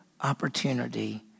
opportunity